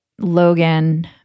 Logan